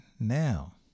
now